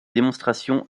démonstrations